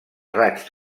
raigs